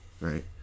right